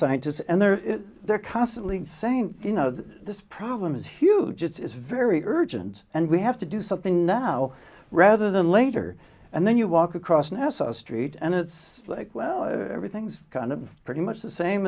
scientists and they're they're constantly saying you know this problem is huge it's very urgent and we have to do something now rather than later and then you walk across nassau street and it's like well everything's kind of pretty much the same